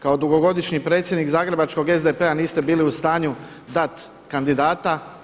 Kao dugogodišnji predsjednik zagrebačkog SDP-a niste bili u stanju dati kandidata.